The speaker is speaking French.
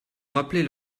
rappeler